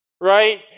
right